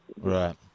Right